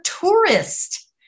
tourist